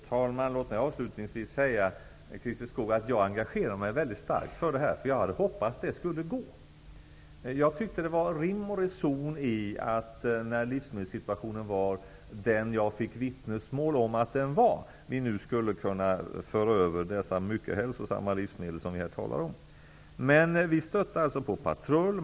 Fru talman! Låt mig avslutningsvis säga att jag engagerar mig väldigt starkt i denna fråga. Jag hade nämligen hoppats att det skulle gå att ordna. Jag tyckte det var rim och reson i att vi, när livsmedelssituationen nu var den som jag fick vittnesmål om att den var, skulle kunna föra över de mycket hälsosamma livsmedel som vi här talar om. Men vi stötte alltså på patrull.